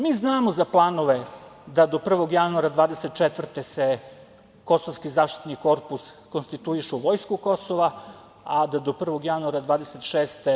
Mi znamo za planove da do 1. januara 2024. kosovski zaštitni korpus konstituiše u vojsku Kosova a do 1. januara 2026.